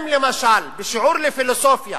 אם למשל בחוג לפילוסופיה